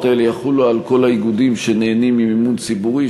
האלה יחולו על כל האיגודים שנהנים ממימון ציבורי,